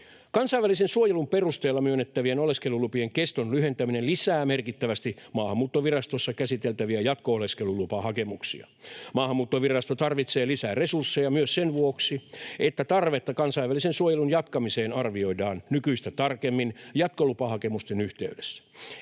Kansainvälisen suojelun perusteella myönnettävien oleskelulupien keston lyhentäminen lisää merkittävästi Maahanmuuttovirastossa käsiteltäviä jatko-oleskelulupahakemuksia. Maahanmuuttovirasto tarvitsee lisää resursseja myös sen vuoksi, että tarvetta kansainvälisen suojelun jatkamiseen arvioidaan nykyistä tarkemmin jatkolupahakemusten yhteydessä.